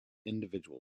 individual